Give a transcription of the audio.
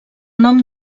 nom